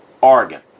Oregon